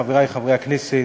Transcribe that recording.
חברי חברי הכנסת,